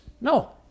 No